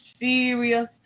Serious